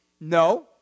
No